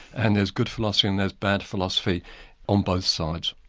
and there's good philosophy and there's bad philosophy on both sides.